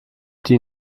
die